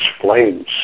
flames